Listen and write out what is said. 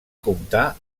comptar